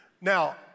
Now